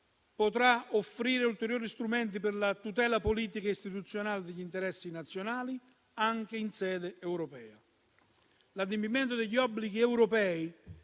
potrà offrire ulteriori strumenti per la tutela politica ed istituzionale degli interessi nazionali, anche in sede europea. L'adempimento degli obblighi europei